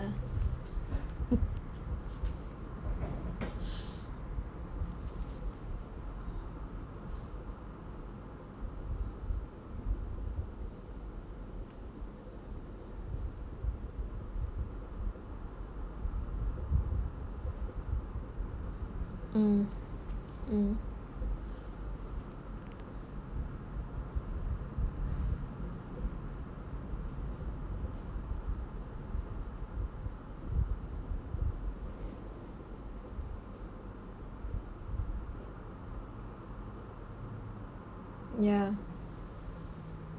mm mm ya